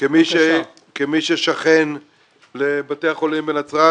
כמי ששכן לבתי החולים בנצרת